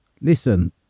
Listen